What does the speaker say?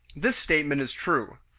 this statement is true.